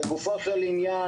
לגופו של עניין,